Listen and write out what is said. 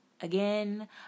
again